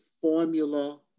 formula